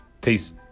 Peace